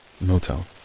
Motel